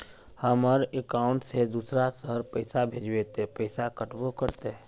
हमर अकाउंट से दूसरा शहर पैसा भेजबे ते पैसा कटबो करते?